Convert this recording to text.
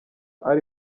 ari